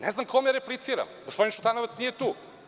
Ne znam kome repliciram, gospodin Šutanovac nije tu.